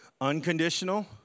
Unconditional